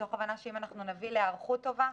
מתוך הבנה שאם נביא להיערכות טובה,